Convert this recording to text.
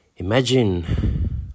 Imagine